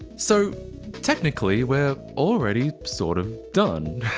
so technically we're already sort of done.